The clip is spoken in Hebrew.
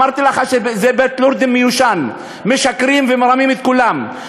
אמרתי לך שזה בית-לורדים מיושן: משקרים ומרמים את כולם,